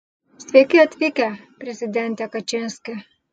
sveiki atvykę prezidente kačinski